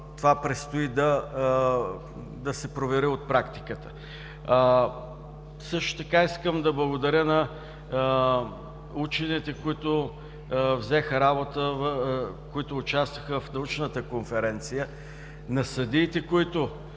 Това предстои да се провери от практиката. Също така искам да благодаря на учените, които взеха участие в научната конференция, на съдиите, които